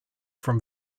from